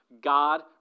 God